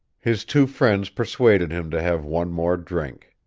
his two friends persuaded him to have one more drink.